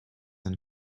and